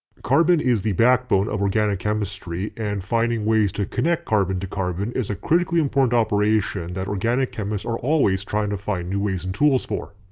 carbon is the backbone of organic chemistry and finding ways to connect carbon to carbon is a critically important operation that organic chemists are always trying to find new ways and tools for.